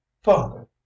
father